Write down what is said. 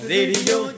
Radio